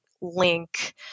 link